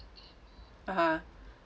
(uh huh)